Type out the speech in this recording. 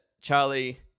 charlie